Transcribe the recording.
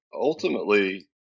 ultimately